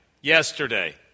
yesterday